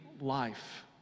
Life